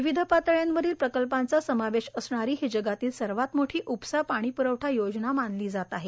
विविध पातळ्यांवरील प्रकल्पांचा समावेश असणारी ही जगातील सर्वात मोठी उपसा पाणीप्रवठा योजना मानली जात आहे